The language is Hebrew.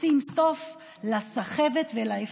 נשים סוף לסחבת ולהפקרות.